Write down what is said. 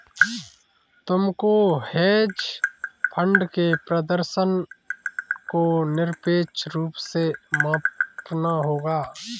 तुमको hedge fund के प्रदर्शन को निरपेक्ष रूप से मापना होगा